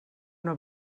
una